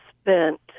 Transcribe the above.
spent